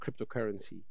cryptocurrency